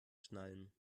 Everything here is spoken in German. schnallen